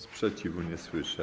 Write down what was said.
Sprzeciwu nie słyszę.